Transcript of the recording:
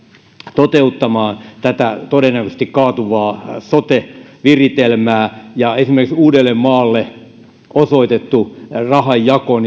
toteuttamaan tätä todennäköisesti kaatuvaa sote viritelmää esimerkiksi uudellemaalle osoitettu rahanjako